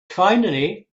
finally